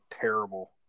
terrible